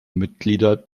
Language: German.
mitglieder